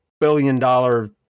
billion-dollar –